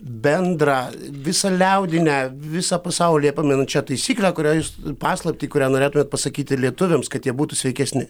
bendrą visą liaudį ne visą pasaulį pamenu čia taisyklė kurią jūs paslaptį kurią norėtumėt pasakyti lietuviams kad jie būtų sveikesni